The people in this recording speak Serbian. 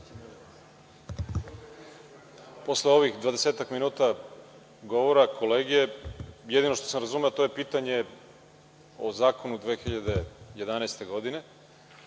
Posle ovih dvadesetak minuta govora kolege, jedino što sam razumeo to je pitanje o zakonu 2011. godine,